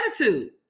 attitude